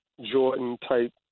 Jordan-type